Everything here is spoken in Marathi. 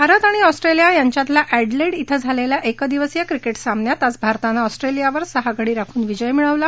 भारत आणि ऑस्ट्रेलिया यांच्यातल्या एडलेड ब्रिं झालेल्या एकदिवसीय क्रिकेट सामन्यात आज भारतानं ऑस्ट्रेलियावर सहा गडी राखून विजय मिळवला